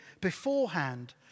beforehand